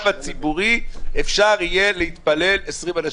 הציבורי אפשר יהיה להתפלל 20 אנשים.